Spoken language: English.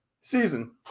season